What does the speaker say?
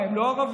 מה, הם לא ערבים?